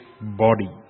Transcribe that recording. body